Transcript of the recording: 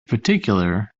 particular